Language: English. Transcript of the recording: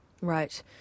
Right